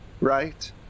right